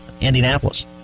Indianapolis